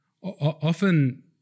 often